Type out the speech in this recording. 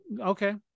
okay